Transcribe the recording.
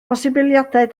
posibiliadau